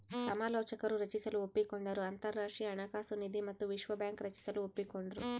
ಸಮಾಲೋಚಕರು ರಚಿಸಲು ಒಪ್ಪಿಕೊಂಡರು ಅಂತರಾಷ್ಟ್ರೀಯ ಹಣಕಾಸು ನಿಧಿ ಮತ್ತು ವಿಶ್ವ ಬ್ಯಾಂಕ್ ರಚಿಸಲು ಒಪ್ಪಿಕೊಂಡ್ರು